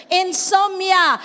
insomnia